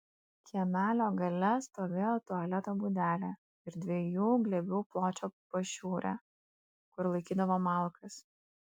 kiemelio gale stovėjo tualeto būdelė ir dviejų glėbių pločio pašiūrė kur laikydavo malkas